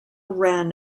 ran